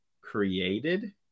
created